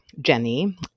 jenny